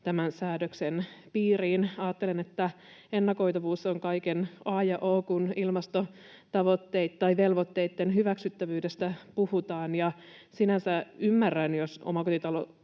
tämän säännöksen piiriin. Ajattelen, että ennakoitavuus on kaiken a ja o, kun ilmastovelvoitteitten hyväksyttävyydestä puhutaan, ja sinänsä ymmärrän, jos omakotitalot